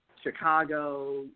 Chicago